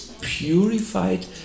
purified